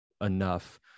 enough